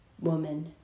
woman